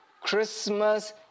Christmas